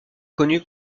connu